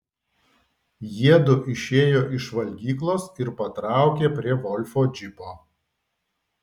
jiedu išėjo iš valgyklos ir patraukė prie volfo džipo